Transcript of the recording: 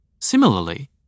Similarly